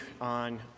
on